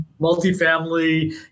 multifamily